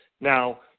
Now